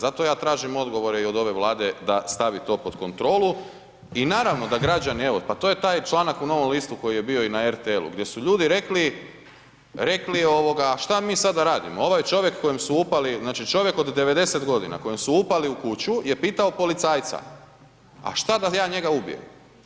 Zato ja tražim odgovore i od ove Vlade da stvari to pod kontrolu i naravno da građani, evo, pa to je taj članak u Novom listu koji je bio i na RTL-u gdje su ljudi rekli, šta mi sada radimo, ovaj čovjek kojem su upali, znači čovjek od 90 godina kojem su upali u kuću je pitao policajca, a što da ja njega ubijem.